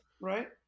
Right